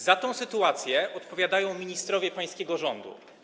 Za tę sytuację odpowiadają ministrowie pańskiego rządu.